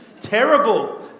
terrible